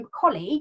colleague